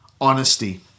honesty